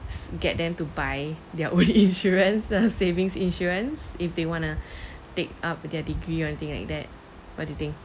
get them to buy their own insurance uh savings insurance if they wanna take up their degree or anything like that what do you think